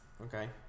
Okay